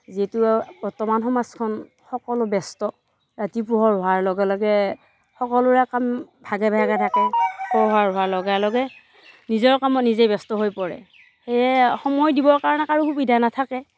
যিহেতু বৰ্তমান সমাজখন সকলো ব্যস্ত ৰাতি পোহৰ হোৱাৰ লগে লগে সকলোৰে কাম ভাগে ভাগে থাকে পোহৰ হোৱাৰ লগে লগে নিজৰ কামত নিজেই ব্যস্ত হৈ পৰে সেয়ে সময় দিবৰ কাৰণে কাৰো সুবিধা নাথাকে